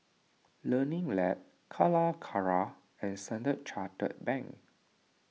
Learning Lab Calacara and Standard Chartered Bank